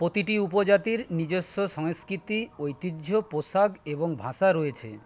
প্রতিটি উপজাতির নিজস্ব সংস্কৃতি ঐতিহ্য পোশাক এবং ভাষা রয়েছে